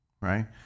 Right